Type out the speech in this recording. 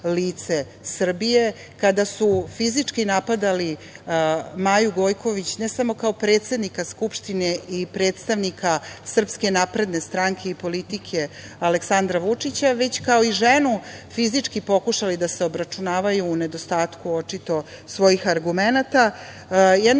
lice Srbije, kada su fizički napadali Maju Gojković, ne samo kao predsednika Skupštine i predstavnika SNS i politike Aleksandra Vučića, već kao i ženu, fizički pokušali da se obračunavaju u nedostatku očito svojih argumenata.